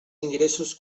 ingressos